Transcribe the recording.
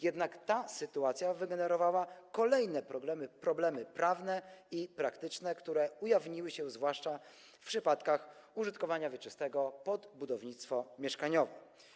Jednak ta sytuacja wygenerowała kolejne problemy prawne i praktyczne, które ujawniły się zwłaszcza w przypadkach użytkowania wieczystego pod budownictwo mieszkaniowe.